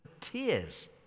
tears